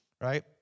right